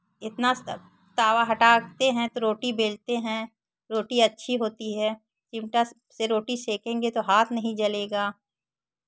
इतना सब तवा हटाते हैं तो रोटी बेलते हैं रोटी अच्छी होती है चिमटा से रोटी सेकेंगे तो हाथ नहीं जलेगा